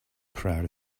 proud